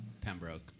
Pembroke